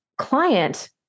client